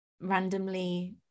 randomly